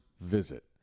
visit